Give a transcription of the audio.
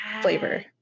flavor